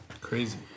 Crazy